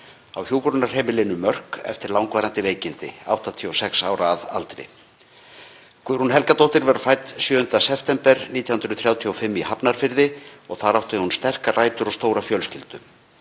á hjúkrunarheimilinu Mörk eftir langvarandi veikindi, 86 ára að aldri. Guðrún Helgadóttir var fædd 7. september 1935 í Hafnarfirði og þar átti hún sterkar rætur og stóra fjölskyldu.